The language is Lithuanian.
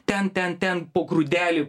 ten ten ten po grūdelį